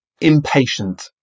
impatient